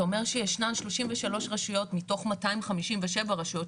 אתה אומר שישנן 33 רשויות מתוך 257 רשויות,